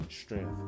strength